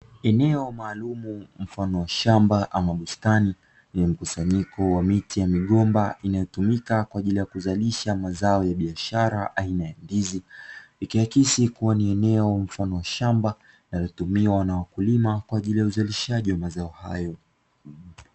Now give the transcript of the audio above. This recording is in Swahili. Eneo maalum mfano wa shamba ama bustani yenye mkusanyiko wa miti ya migomba inayotumika kwa ajili ya kuzalisha mazao ya biashara aina ya ndizi. ikiakisi kuwa ni eneo mfano wa shamba linalotumiwa na wakulima kwa ajili ya uzalishaji wa mazao hayo.